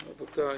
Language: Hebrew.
רבותי,